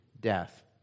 death